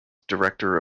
director